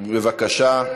בבקשה.